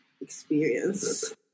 experience